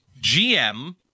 GM